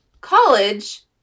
college